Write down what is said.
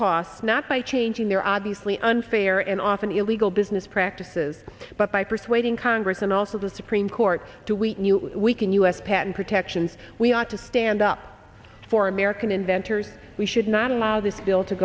costs not by changing their obviously unfair and often illegal business practices but by persuading congress and also the supreme court to wete new weaken us patent protections we ought to stand up for american inventors we should not allow this bill to